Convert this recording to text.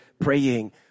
Praying